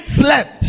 slept